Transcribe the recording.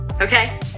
okay